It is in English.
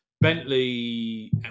Bentley